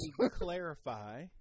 clarify